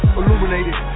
illuminated